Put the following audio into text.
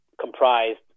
comprised